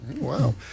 Wow